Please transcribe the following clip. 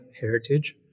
heritage